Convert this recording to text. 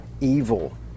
evil